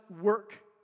work